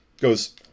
goes